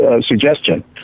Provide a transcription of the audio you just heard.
suggestion